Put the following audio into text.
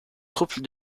troupe